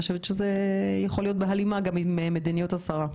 אני חושבת שזה יכול להיות בהלימה גם עם מדיניות השרה.